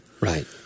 Right